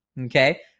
okay